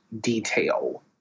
detail